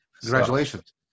Congratulations